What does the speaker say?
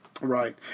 Right